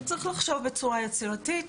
צריך לחשוב בצורה יצירתית,